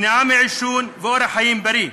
מניעת עישון ואורח חיים בריא,